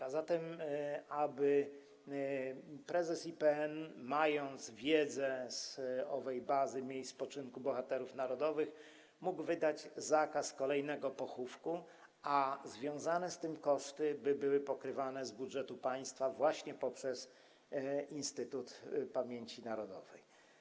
A zatem chodzi o to, aby prezes IPN, mający wiedzę pochodzącą z owej Bazy Miejsc Spoczynku Bohaterów Narodowych, mógł wydać zakaz kolejnego pochówku, a związane z tym koszty były pokrywane z budżetu państwa właśnie poprzez Instytut Pamięci Narodowej.